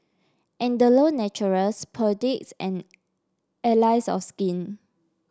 Andalou Naturals Perdix and Allies of Skin